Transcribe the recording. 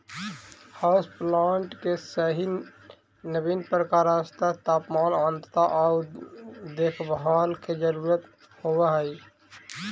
house plant के सही नवीन प्रकाश स्तर तापमान आर्द्रता आउ देखभाल के जरूरत होब हई